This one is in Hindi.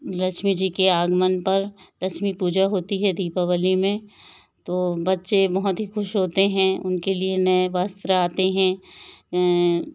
लक्ष्मी जी की आगमन पर लक्ष्मी पूजा होती है दीपावली में तो बच्चे बहुत ही खुश होते हैं उनके लिए नए वस्त्र आते हैं